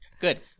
Good